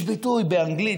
יש ביטוי באנגלית,